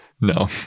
No